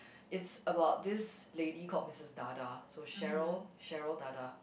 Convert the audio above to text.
it's about this lady called Missus Dada so Cheryl Cheryl Dada